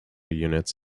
units